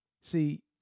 See